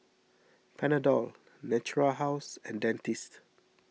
Panadol Natura House and Dentiste